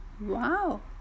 Wow